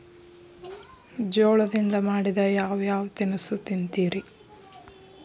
ಜೋಳದಿಂದ ಮಾಡಿದ ಯಾವ್ ಯಾವ್ ತಿನಸು ತಿಂತಿರಿ?